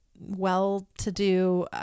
well-to-do